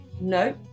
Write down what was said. No